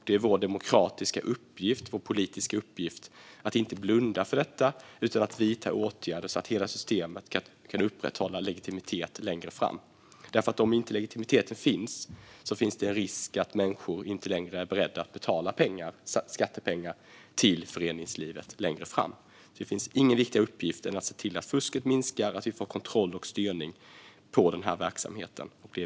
Det är vår demokratiska och politiska uppgift att inte blunda för detta utan att vidta åtgärder så att systemet kan upprätthålla legitimiteten. Om legitimiteten saknas finns risk att människor inte längre är beredda att fortsätta att betala skattepengar till föreningslivet. Det finns alltså ingen viktigare uppgift än att se till att fusket minskar och att vi får kontroll och styrning på denna verksamhet.